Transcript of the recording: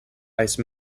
ice